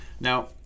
Now